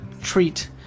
treat